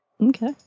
Okay